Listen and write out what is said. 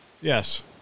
Yes